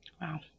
Wow